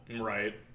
Right